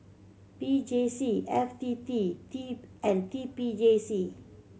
P J C F T T T and T P J C